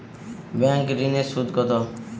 Bank ঋন এর সুদ কত?